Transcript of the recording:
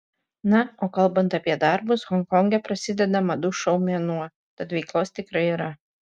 na o kalbant apie darbus honkonge prasideda madų šou mėnuo tad veiklos tikrai yra